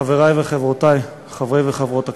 חברי וחברותי חברי וחברות הכנסת,